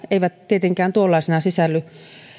eivät tietenkään tuollaisina sisälly